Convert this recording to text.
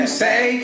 say